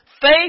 faith